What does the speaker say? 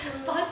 mm